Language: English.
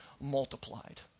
multiplied